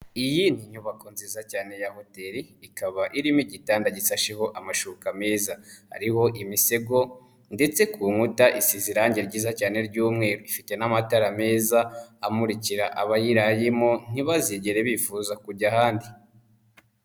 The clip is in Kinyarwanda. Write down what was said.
Iyi ni nyubako nziza cyane ya hoteli ikaba irimo igitanda gishasheho amashuka meza ariho imisego ndetse ku nkuta isize irangi ryiza cyane ry'umweru n'amatara meza amurikira abayirayimo ntibazigere bifuza kujya ahandi.